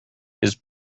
his